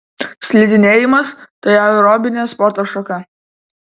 slidinėjimas tai aerobinė sporto šaka